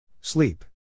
Sleep